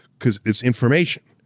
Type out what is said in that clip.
cause it's information,